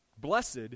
blessed